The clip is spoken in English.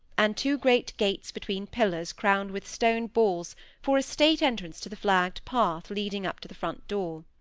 and two great gates between pillars crowned with stone balls for a state entrance to the flagged path leading up to the front door.